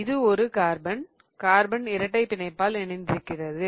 இது ஒரு carbon carbon இரட்டை பிணைப்பால் இணைந்திருக்கிறது